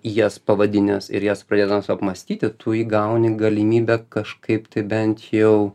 jas pavadinęs ir jas pradėdamas apmąstyti tu įgauni galimybę kažkaip tai bent jau